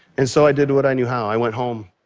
and so i did what i knew how. i went home,